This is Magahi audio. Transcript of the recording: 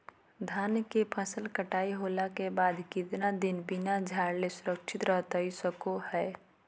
धान के फसल कटाई होला के बाद कितना दिन बिना झाड़ले सुरक्षित रहतई सको हय?